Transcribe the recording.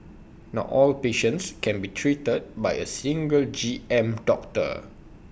not all patients can be treated by A single G M doctor